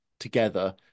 Together